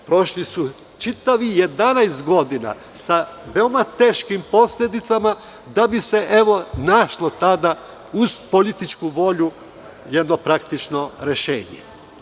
Prošlo je čitavih 11 godina sa veoma teškim posledicama, kako bi se našlo, uz političku volju, jedno praktično rešenje.